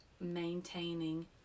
maintaining